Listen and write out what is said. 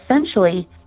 essentially